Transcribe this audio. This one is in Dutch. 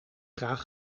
graag